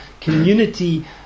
community